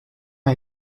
est